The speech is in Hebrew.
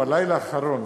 בלילה האחרון